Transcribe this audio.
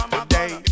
Today